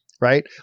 right